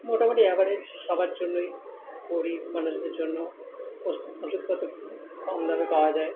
মোটামুটি অ্যাভারেজ সবার জন্যই গরিব মানুষদের জন্য ওষুধপত্র কম দামে পাওয়া যায়